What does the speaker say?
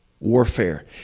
warfare